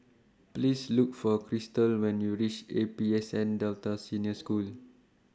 Please Look For Christel when YOU REACH A P S N Delta Senior School